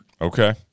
Okay